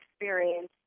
experience